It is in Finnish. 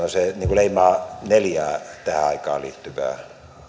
leimaa neljä tähän aikaan liittyvää